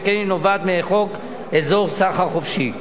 שכן היא נובעת מחוק אזור סחר חופשי.